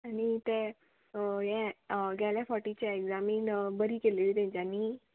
आनी ते हे गेल्या फावटीचे एग्जामीन बरी केल्ली तेंच्यांनी